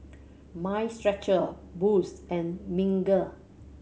Mind Stretcher Boost and Smiggle